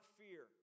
fear